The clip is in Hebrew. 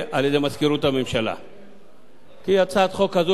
כי הצעת החוק הזו היתה צריכה להיות מוצגת על-ידי,